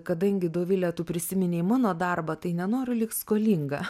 kadangi dovile tu prisiminei mano darbą tai nenoriu likt skolinga